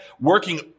working